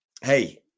hey